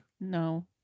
No